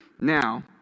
now